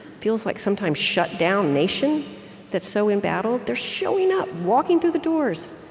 feels like, sometimes, shut-down nation that's so embattled, they're showing up, walking through the doors,